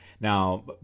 Now